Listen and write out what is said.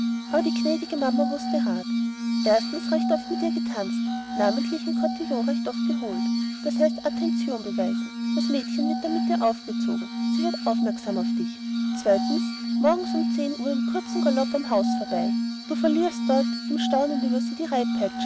aber die gnädige mama wußte rat erstens recht oft mit ihr getanzt namentlich im kotillon recht oft geholt das heißt attention beweisen das mädchen wird dann mit dir aufgezogen sie wird aufmerksam auf dich zweitens morgens zehn uhr im kurzen galopp am haus vorbei dort verlierst du im staunen über sie die